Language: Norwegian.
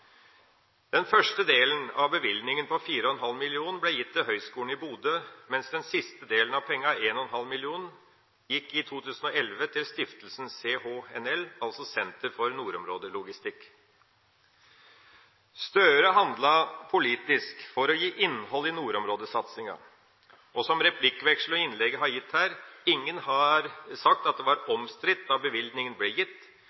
Den første delen av bevilgninga, 4,5 mill. kr, ble gitt til Høgskolen i Bodø, mens den siste delen av pengene, 1,5 mill. kr, gikk i 2011 til stiftelsen CHNL, altså Senter for nordområdelogistikk. Gahr Støre handlet politisk for å gi innhold til nordområdesatsinga, og som replikkveksling og innlegg her har vist: Ingen har sagt at det var omstridt da bevilgninga ble gitt,